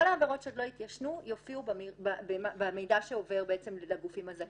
כל העבירות שעוד לא התיישנו יופיעו במידע שעובר לגופים הזכאים.